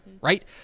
right